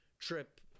trip